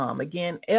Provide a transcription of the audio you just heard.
Again